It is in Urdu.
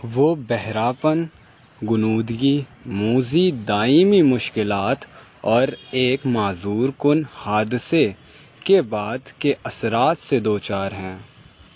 وہ بہرا پن غنودگی موزی دائمی مشکلات اور ایک معذور کن حادثے کے بعد کے اثرات سے دوچار ہیں